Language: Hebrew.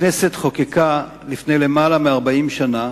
הכנסת חוקקה לפני למעלה מ-40 שנה